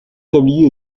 tablier